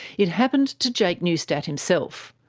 it happened to jake newstadt himself,